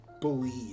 believe